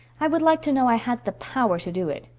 i would like to know i had the power to do it.